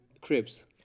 Cribs